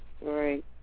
Right